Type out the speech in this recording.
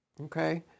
Okay